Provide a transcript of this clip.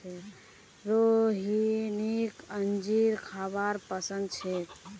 रोहिणीक अंजीर खाबा पसंद छेक